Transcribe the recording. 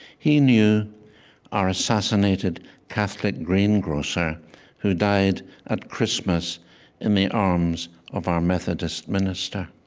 he knew our assassinated catholic greengrocer who died at christmas in the arms of our methodist minister,